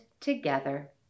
together